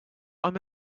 what